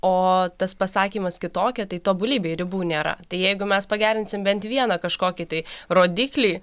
o tas pasakymas kitokia tai tobulybei ribų nėra tai jeigu mes pagerinsim bent vieną kažkokį tai rodiklį